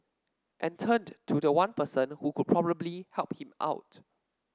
and turned to the one person who could probably help him out